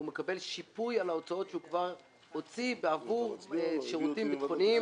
הוא מקבל שיפוי על ההוצאות שהוא כבר הוציא בעבור שירותים ביטחוניים.